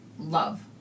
love